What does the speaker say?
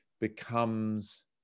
becomes